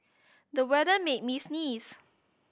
the weather made me sneeze